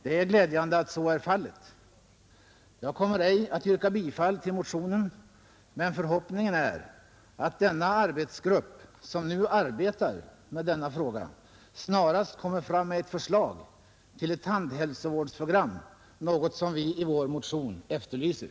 Det är glädjande att så är fallet. Jag kommer ej att yrka bifall till motionen, men förhoppningen är att denna arbetsgrupp som nu arbetar med denna fråga snarast kommer fram med ett förslag till ett tandhälsovårdsprogram — något som vi i vår motion efterlyser.